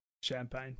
champagne